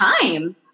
time